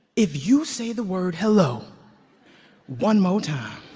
if you say the word hello one more time